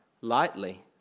lightly